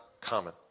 common